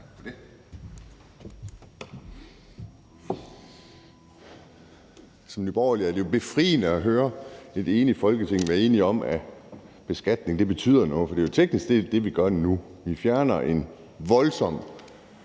Tak for ordet.